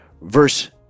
Verse